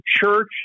church